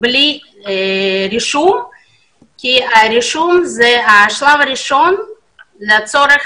בלי רישום כי הרישום הוא השלב הראשון לצורכי